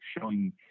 showing